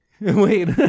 Wait